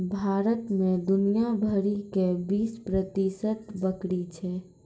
भारत मे दुनिया भरि के बीस प्रतिशत बकरी छै